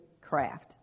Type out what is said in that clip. craft